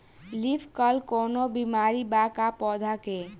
Leaf curl कौनो बीमारी बा का पौधा के?